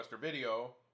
Video